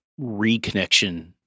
reconnection